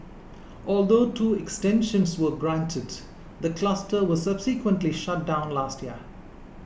although two extensions were granted the cluster was subsequently shut down last year